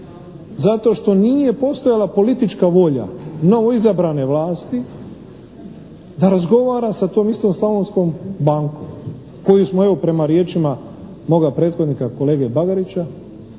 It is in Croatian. zato što nije postojala politička volja novoizabrane vlasti da razgovara sa tom istom Slavonskom bankom koju smo evo prema riječima moga prethodnika kolege Bagarića,